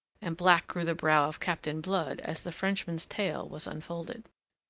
and black grew the brow of captain blood as the frenchman's tale was unfolded.